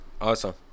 Awesome